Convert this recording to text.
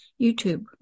YouTube